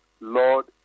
Lord